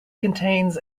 contains